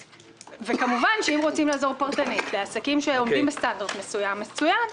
וכמובן שאם רוצים לעזור פרטנית לעסקים שעומדים בסטנדרט מסוים מצוין.